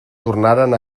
tornaren